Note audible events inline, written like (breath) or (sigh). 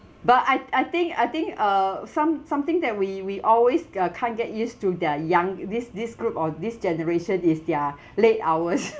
but I I think I think uh some something that we we always uh can't get used to their young this this group or this generation is their (breath) late hours (laughs)